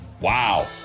Wow